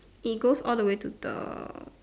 it goes all the way to the